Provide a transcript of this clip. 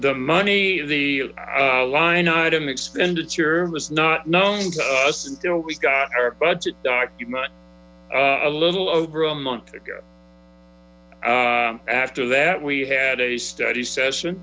the money the line item expenditure was not known to us until we got our budget docked a little over a month after that we had a study session